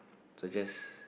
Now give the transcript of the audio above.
suggest